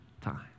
time